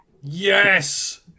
Yes